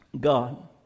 God